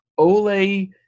Ole